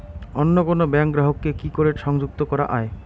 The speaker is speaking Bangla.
অন্য কোনো ব্যাংক গ্রাহক কে কি করে সংযুক্ত করা য়ায়?